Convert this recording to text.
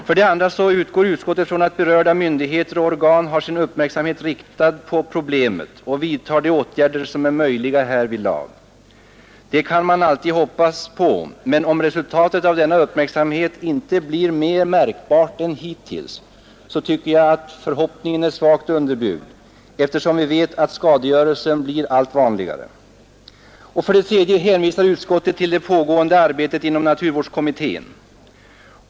För det andra utgår utskottet från att berörda myndigheter och organ har sin uppmärksamhet riktad på problemet och vidtar de åtgärder som är möjliga härvidlag. Det kan man ju alltid hoppas, men om resultatet av denna uppmärksamhet inte blir mer märkbart än hittills, så tycker jag att den förhoppningen är svagt underbyggd, eftersom vi vet att skadegörelsen blir allt vanligare. För det tredje hänvisar utskottet till det pågående arbetet inom naturvårdskommittén.